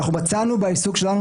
מצאנו בעיסוק שלנו,